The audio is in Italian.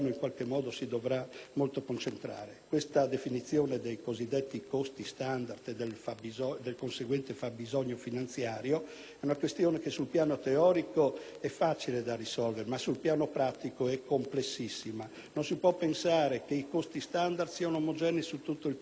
La definizione dei cosiddetti costi standard e del conseguente fabbisogno finanziario è una questione che sul piano teorico è facile da risolvere, ma sul piano pratico è davvero complessa. Non si può pensare che i costi standard siano omogenei su tutto il territorio nazionale: i costi